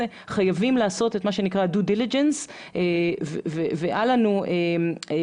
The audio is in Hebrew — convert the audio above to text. חייבים לעשות את מה שנקרא do diligence ואל לנו להשאיר